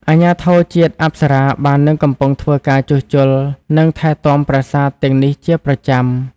អាជ្ញាធរជាតិអប្សរាបាននិងកំពុងធ្វើការជួសជុល និងថែទាំប្រាសាទទាំងនេះជាប្រចាំ។